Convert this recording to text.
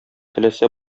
теләсә